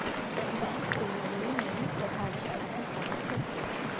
bank वेळोवेळी नवीन प्रकारची खाती सादर करते